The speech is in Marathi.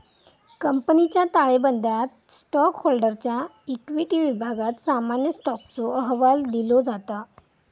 कंपनीच्या ताळेबंदयात स्टॉकहोल्डरच्या इक्विटी विभागात सामान्य स्टॉकचो अहवाल दिलो जाता